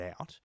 out